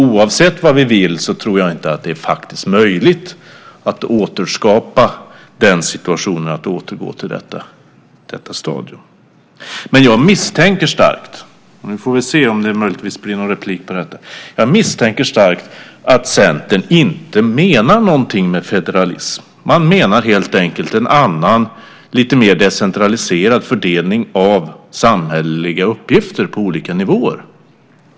Oavsett vad vi vill tror jag inte att det är faktiskt möjligt att återskapa den situationen eller återgå till detta stadium. Jag misstänker dock starkt - vi får väl se om det möjligtvis blir någon replik på detta - att Centern inte menar någonting med federalism. Man menar helt enkelt en annan, lite mer decentraliserad fördelning av samhälleliga uppgifter på olika nivåer.